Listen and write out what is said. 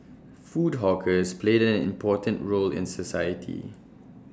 food hawkers played an important role in society